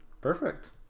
perfect